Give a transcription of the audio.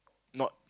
not